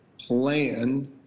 plan